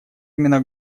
именно